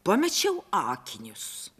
pamečiau akinius